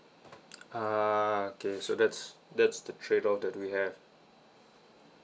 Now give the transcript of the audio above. ah okay so that's that's the trade off that we have